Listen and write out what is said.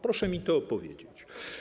Proszę mi na to odpowiedzieć.